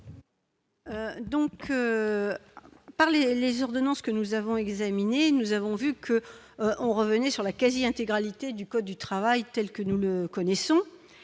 les les ordonnances que nous avons examiné, nous avons vu que on revenait sur la quasi intégralité du code du travail telle que nous le connaissons